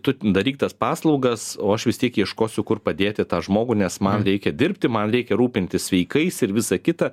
tu daryk tas paslaugas o aš vis tiek ieškosiu kur padėti tą žmogų nes man reikia dirbti man reikia rūpintis sveikais ir visa kita